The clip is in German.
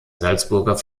salzburger